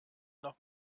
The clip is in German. noch